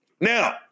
Now